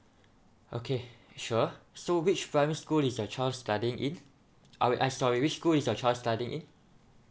okay sure so which primary school is your child studying it I mean I'm sorry which school is your child studying in